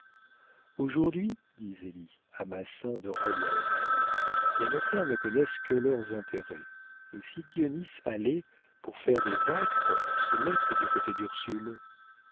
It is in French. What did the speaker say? aujourd'hui dit zélie à massin d'oreille à oreille les notaires ne connaissent que leurs intérêts et si dionis allait pour faire des actes se mettre du côté d'ursule